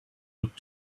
looked